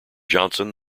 johnson